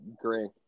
agree